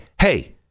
hey